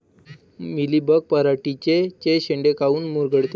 Mealybug पराटीचे चे शेंडे काऊन मुरगळते?